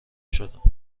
شدم